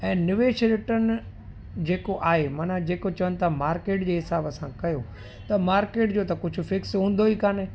ऐं निवेश रिटर्न जेको आहे मन जेको चवनि था मार्केट जे हिसाब सां कयो त मार्केट जो त कुझु फ़िक्स हूंदो ई काने